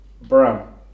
Brown